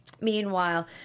Meanwhile